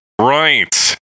Right